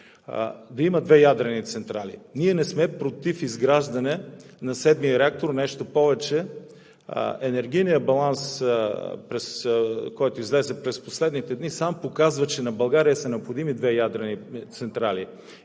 завършвам. Ние не сме против изграждане на VІІ реактор – нещо повече, енергийният баланс, който излезе през последните дни, показва, че на България са необходими две ядрени централи,